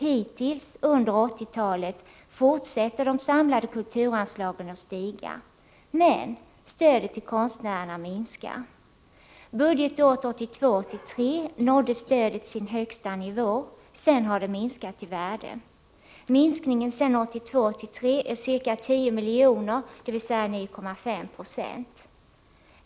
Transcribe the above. Hittills under 1980-talet fortsätter de samlade kulturanslagen att stiga. Men stödet till konstnärerna minskar! Budgetåret 1982 83 är ca 10 milj.kr., dvs. 9,5 90.